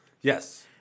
yes